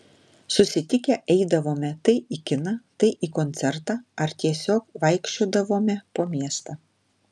susitikę eidavome tai į kiną tai į koncertą ar tiesiog vaikščiodavome po miestą